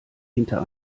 hinter